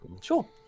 Sure